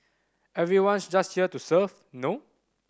everyone's just here to serve no